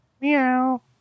Meow